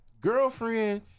girlfriend